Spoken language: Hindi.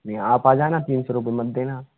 नहीं आप आ जाना तीन सौ रुपये मत देना